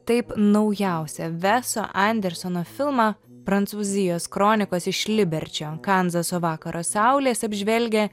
taip naujausią veso andersono filmą prancūzijos kronikos iš liberčio kanzaso vakaro saulės apžvelgia